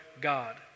God